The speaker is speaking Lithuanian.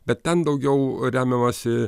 bet ten daugiau remiamasi